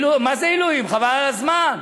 מה זה עילויים, חבל על הזמן.